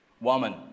woman